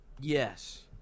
Yes